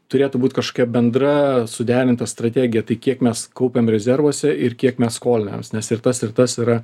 turėtų būt kažkokia bendra suderinta strategija tai kiek mes kaupiam rezervuose ir kiek mes skolinamės nes ir tas ir tas yra